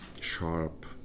sharp